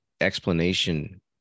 explanation